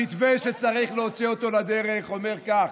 המתווה שצריך להוציא לדרך אומר כך: